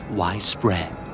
widespread